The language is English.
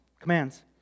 commands